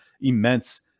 immense